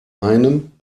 einem